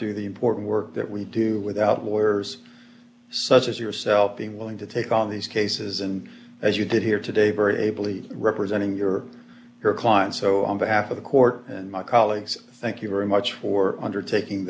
do the important work that we do without lawyers such as yourself being willing to take on these cases and as you did here today very ably representing your her client so on behalf of the court and my colleagues thank you very much for undertaking